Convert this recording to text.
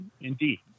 indeed